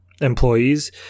employees